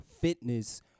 fitness